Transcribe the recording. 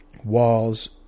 walls